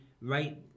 right